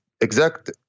exact